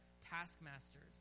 taskmasters